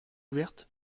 ouverte